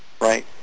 right